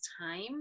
time